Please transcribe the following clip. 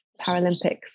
Paralympics